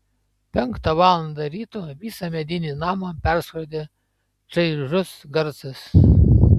penktą valandą ryto visą medinį namą perskrodė čaižus garsas